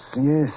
yes